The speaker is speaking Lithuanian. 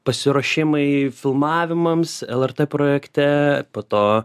pasiruošimai filmavimams lrt projekte po to